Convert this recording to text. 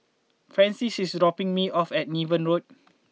Francis is dropping me off at Niven Road